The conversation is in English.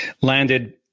landed